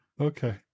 Okay